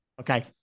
Okay